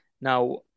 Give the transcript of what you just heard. Now